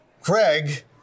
Craig